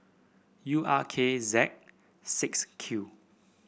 U R K Z six Q